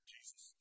Jesus